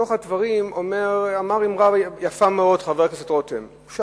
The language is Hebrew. בתוך הדברים אמר חבר הכנסת רותם אמרה יפה מאוד.